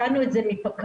הבנו את זה מפק"ר,